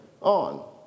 on